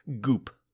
goop